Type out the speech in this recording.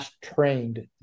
Trained